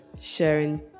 sharing